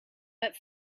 but